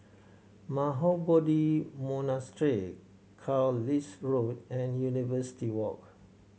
Mahabodhi Monastery Carlisle Road and University Walk